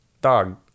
dog